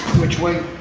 which way?